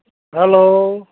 hello